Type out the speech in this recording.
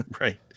Right